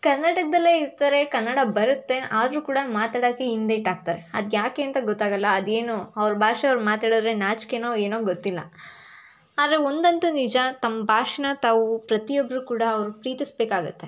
ಕರ್ನಾಟಕದಲ್ಲೇ ಇರ್ತಾರೆ ಕನ್ನಡ ಬರುತ್ತೆ ಆದರೂ ಕೂಡ ಮಾತಾಡೋಕ್ಕೆ ಹಿಂದೇಟ್ ಹಾಕ್ತಾರೆ ಅದು ಯಾಕೆ ಅಂತ ಗೊತ್ತಾಗೋಲ್ಲ ಅದು ಏನೋ ಅವ್ರ ಭಾಷೆ ಅವ್ರು ಮಾತಾಡಿದ್ರೆ ನಾಚಿಕೆನೋ ಏನೋ ಗೊತ್ತಿಲ್ಲ ಆದರೆ ಒಂದಂತೂ ನಿಜ ತಮ್ಮ ಭಾಷೇನ ತಾವು ಪ್ರತಿಯೊಬ್ಬರೂ ಕೂಡ ಅವ್ರು ಪ್ರೀತಿಸ್ಬೇಕಾಗತ್ತೆ